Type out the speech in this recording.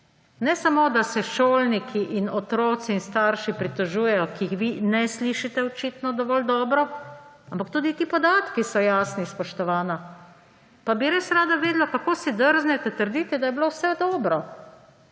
Ne samo da se šolniki in otroci in starši pritožujejo, ki jih vi ne slišite očitno dovolj dobro, ampak tudi ti podatki so jasni, spoštovana. Pa bi res rada vedela, kako si drznite trditi, da je bilo vse dobro.